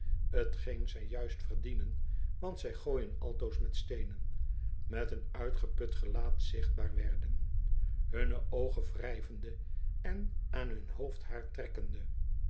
t geen zij juist verdienen want zij gooiden altoos met steenen met een uitgeput gelaat zichtbaar werden hunne oogen wrijvende en aan hun hoofdhaar trekkende